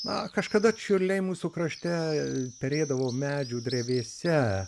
na kažkada čiurliai mūsų krašte perėdavo medžių drevėse